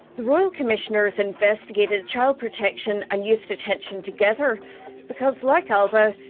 the royal commissioners investigated child protection and youth detention together because, like alba,